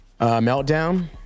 meltdown